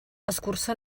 escurçó